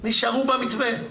נשארו במתווה.